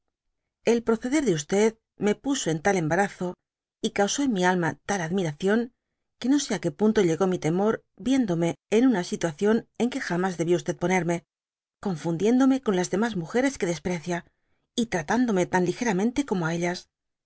experimento proceder de me puso en tal embarazo y causó en mi alma tal admiración que no sé á que punto llegó mi temor viéndome en una situación en que jamas debió poncrme confundiéndome con las demas múgeres que desprecia y tratándome tan ligeraínente como á ellas